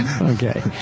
Okay